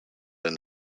and